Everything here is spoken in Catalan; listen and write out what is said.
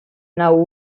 nau